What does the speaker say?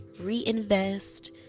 reinvest